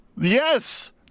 yes